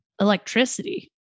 electricity